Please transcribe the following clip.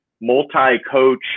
multi-coach